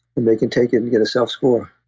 and they can take it and get a self-score.